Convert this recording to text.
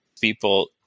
People